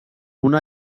una